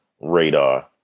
radar